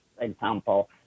example